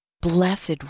Blessed